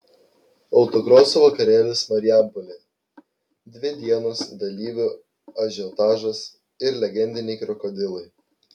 autokroso vakarėlis marijampolėje dvi dienos dalyvių ažiotažas ir legendiniai krokodilai